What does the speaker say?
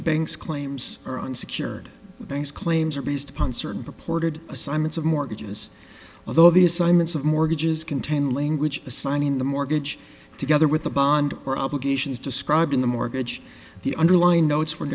the bank's claims are unsecured the bank's claims are based upon certain purported assignments of mortgages although the assignments of mortgages contain language assigning the mortgage together with the bond or obligations described in the mortgage the underlying notes